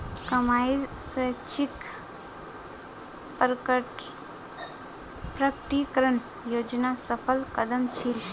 कमाईर स्वैच्छिक प्रकटीकरण योजना सफल कदम छील